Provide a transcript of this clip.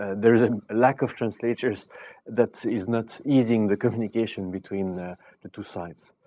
and there is a lack of translators that is not easing the communication between the the two sides.